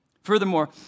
Furthermore